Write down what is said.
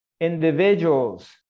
individuals